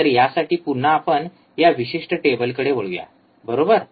तर यासाठी पुन्हा आपण या विशिष्ट टेबलकडे वळूया बरोबर